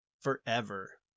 forever